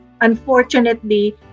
unfortunately